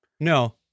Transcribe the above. No